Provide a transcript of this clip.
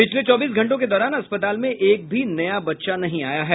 पिछले चौबीस घंटों के दौरान अस्पताल में एक भी नया बच्चा नहीं आया है